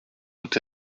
would